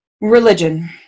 religion